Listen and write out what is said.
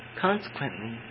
Consequently